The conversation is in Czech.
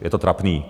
Je to trapný.